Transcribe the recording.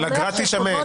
אבל אגרה תישמט.